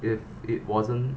if it wasn't